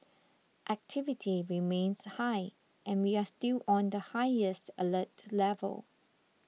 activity remains high and we are still on the highest alert level